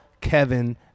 Kevin